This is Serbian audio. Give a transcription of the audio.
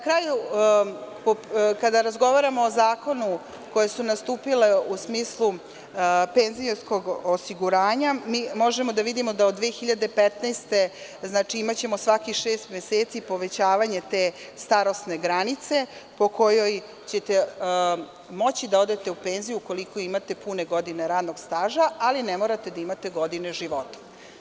Kada razgovaramo o zakonu, koje su nastupile u smislu penzijskog osiguranja, možemo da vidimo da ćemo od 2015. godine imati na svakih šest meseci povećanje te starosne granice po kojoj ćete moći da odete u penziju, ukoliko imate pune godine radnog staža, ali ne morate da imate godine života.